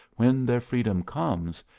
when their freedom comes,